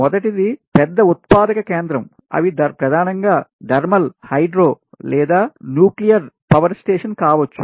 మొదటిది పెద్ద ఉత్పాదక కేంద్రం అవి ప్రధానంగా థర్మల్ హైడ్రో లేదా న్యూక్లియర్ పవర్ స్టేషన్ కావచ్చు